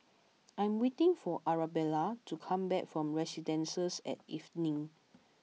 I am waiting for Arabella to come back from Residences at Evelyn